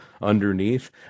underneath